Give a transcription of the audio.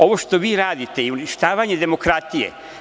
Ovo što vi radite je uništavanje demokratije.